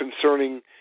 Concerning